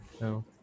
No